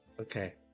Okay